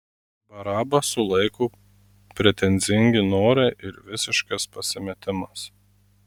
barabą sulaiko pretenzingi norai ir visiškas pasimetimas